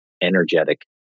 energetic